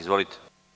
Izvolite.